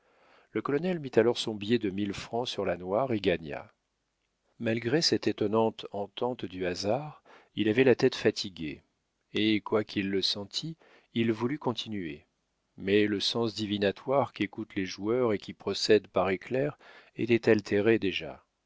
le colonel mit alors son billet de mille francs sur la noire et gagna malgré cette étonnante entente du hasard il avait la tête fatiguée et quoiqu'il le sentît il voulut continuer mais le sens divinatoire qu'écoutent les joueurs et qui procède par éclairs était altéré déjà